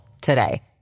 today